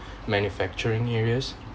manufacturing areas